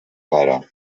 pare